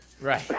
Right